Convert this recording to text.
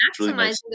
Maximizing